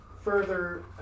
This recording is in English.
Further